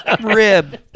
rib